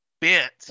bent